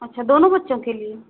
अच्छा दोनों बच्चों के लिए